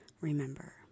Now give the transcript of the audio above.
Remember